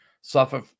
suffer